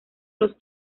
los